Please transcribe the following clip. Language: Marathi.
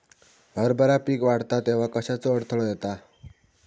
हरभरा पीक वाढता तेव्हा कश्याचो अडथलो येता?